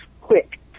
quick